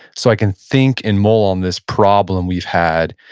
so i can think and mull on this problem we've had?